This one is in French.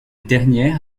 dernière